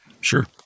Sure